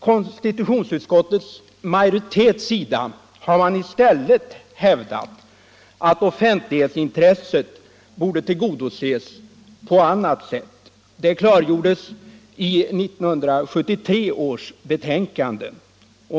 Konstitutionsutskottets majoritet har hävdat att offentlighetsintresset borde tillgodoses på annat sätt. Det klargjordes i 1973 års betänkande.